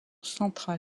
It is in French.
central